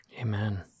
Amen